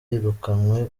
yirukanwe